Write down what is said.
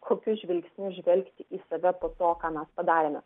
kokiu žvilgsniu žvelgti į save po to ką mes padarėme